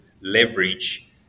leverage